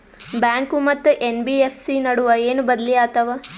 Bank ಮತ್ತ NBFC ನಡುವ ಏನ ಬದಲಿ ಆತವ?